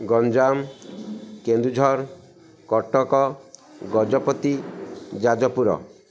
Ganjam Kendujhar Cuttack Gajapati Jajpur